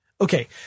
Okay